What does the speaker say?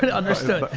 but understood.